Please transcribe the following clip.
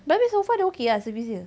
tapi so far dia okay ah service dia